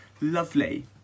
lovely